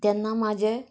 तेन्ना म्हाजे